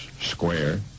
square